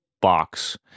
box